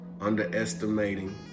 underestimating